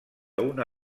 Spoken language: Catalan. una